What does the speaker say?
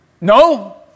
no